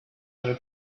other